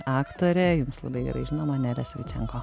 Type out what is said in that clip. aktorė jums labai gerai žinoma nelė savičenko